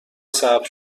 صبر